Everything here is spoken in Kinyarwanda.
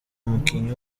umukinnyi